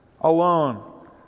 alone